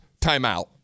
timeout